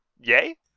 yay